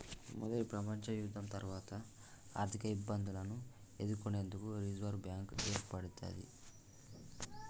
మొదటి ప్రపంచయుద్ధం తర్వాత ఆర్థికఇబ్బందులను ఎదుర్కొనేందుకు రిజర్వ్ బ్యాంక్ ఏర్పడ్డది